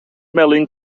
melyn